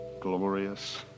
glorious